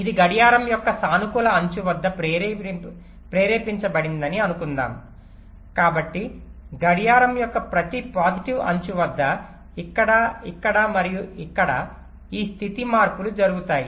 ఇది గడియారం యొక్క సానుకూల అంచు వద్ద ప్రేరేపించబడిందని అనుకుందాము కాబట్టి గడియారం యొక్క ప్రతి పాజిటివ్ అంచు వద్ద ఇక్కడ ఇక్కడ మరియు ఇక్కడ ఈ స్థితి మార్పులు జరుగుతాయి